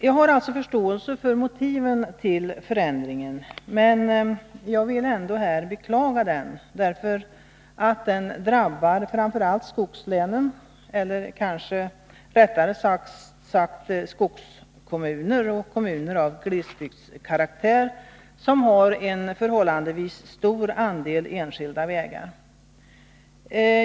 Jag har alltså förståelse för motiven till förändringen, men vill ändå här beklaga att den har föreslagits, därför att den drabbar framför allt skogslänen, eller kanske rättare sagt skogskommuner och kommuner av glesbygdskaraktär som har en förhållandevis stor andel enskilda vägar.